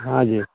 हँ जी